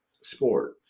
sport